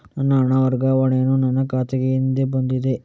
ನನ್ನ ಹಣ ವರ್ಗಾವಣೆಯು ನನ್ನ ಖಾತೆಗೆ ಹಿಂದೆ ಬಂದಿದೆ